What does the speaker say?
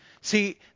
See